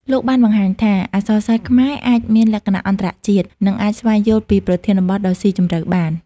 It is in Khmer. លោកបានបង្ហាញថា អក្សរសិល្ប៍ខ្មែរអាចមានលក្ខណៈអន្តរជាតិ និងអាចស្វែងយល់ពីប្រធានបទដ៏ស៊ីជម្រៅបាន។